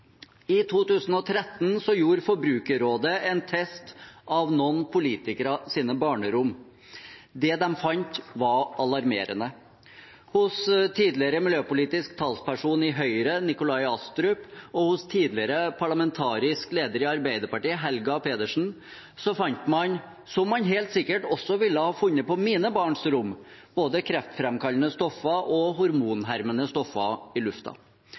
I 2013 gjorde Forbrukerrådet en test av noen politikeres barnerom. Det de fant, var alarmerende. Hos tidligere miljøpolitisk talsperson i Høyre, Nikolai Astrup, og hos tidligere parlamentarisk leder i Arbeiderpartiet, Helga Pedersen, fant man – som man helt sikkert også ville ha funnet på mine barns rom – både kreftfremkallende stoffer og hormonhermende stoffer i lufta.